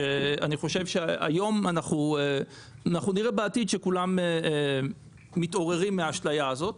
ואני חושב שבעתיד נראה שכולם מתעוררים מהאשליה הזאת,